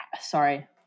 Sorry